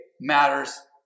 matters